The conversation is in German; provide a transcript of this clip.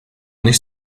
nicht